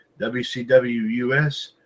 WCWUS